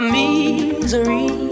misery